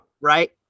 Right